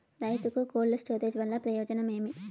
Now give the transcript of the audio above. రైతుకు cold storage వల్ల ప్రయోజనం ఏమి?